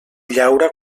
llaura